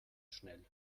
schnell